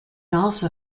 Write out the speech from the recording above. also